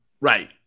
Right